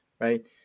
right